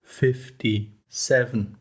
fifty-seven